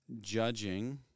judging